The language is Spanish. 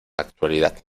actualidad